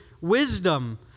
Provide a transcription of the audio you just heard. wisdom